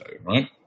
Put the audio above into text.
right